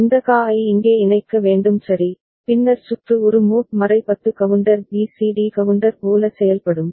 இந்த QA ஐ இங்கே இணைக்க வேண்டும் சரி பின்னர் சுற்று ஒரு மோட் 10 கவுண்டர் BCD கவுண்டர் போல செயல்படும்